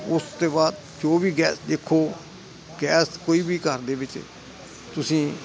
ਉਸ ਤੋਂ ਬਾਅਦ ਜੋ ਵੀ ਗੈਸ ਦੇਖੋ ਗੈਸ ਕੋਈ ਵੀ ਘਰ ਦੇ ਵਿੱਚ ਤੁਸੀਂ